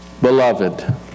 beloved